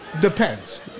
Depends